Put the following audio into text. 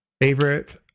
Favorite